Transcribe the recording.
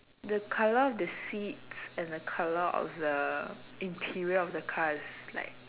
the colour of the seats and the colour of the interior of the car is like